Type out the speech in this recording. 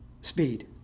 Speed